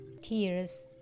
Tears